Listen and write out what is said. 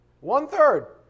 one-third